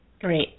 Great